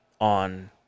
on